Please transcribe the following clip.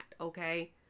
Okay